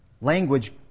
language